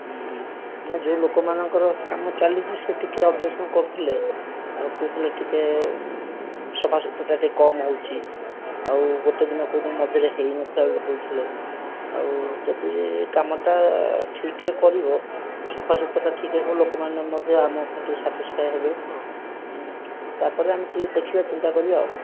ହୁଁ ହୁଁ ନା ଯେଉଁ ଲୋକମାନଙ୍କର କାମ ଚାଲିଛି ସେ ଟିକିଏ ଅବଜେକ୍ସନ କରୁଥିଲେ ଆଉ କହୁଥିଲେ ଟିକିଏ ସଫା ସୁତରାଟା ଟିକିଏ କମ ହେଉଛି ଆଉ ଗୋଟିଏ ଦିନ କେଉଁଦିନ ମଝିରେ ହୋଇନଥିଲା ବୋଲି କହୁଥିଲେ ଆଉ ଯଦି କାମଟା ଠିକରେ କରିବ ସଫା ସୁତରା ଠିକ ହେବ ଲୋକମାନେ ମଧ୍ୟ ଆମ ଉପରେ ଟିକେ ସାଟିସ୍ଫାଏ ହେବେ ତା'ପରେ ଆମେ ଟିକିଏ ଦେଖିବା ଚିନ୍ତା କରିବା ଆଉ